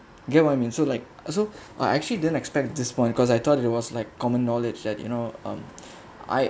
get what I mean so like ah so I actually didn't expect this point cause I thought it was like common knowledge that you know um I